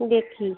দেখি